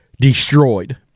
destroyed